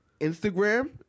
Instagram